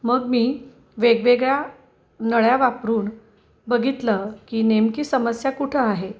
मग मी वेगवेगळ्या नळ्या वापरून बघितलं की नेमकी समस्या कुठं आहे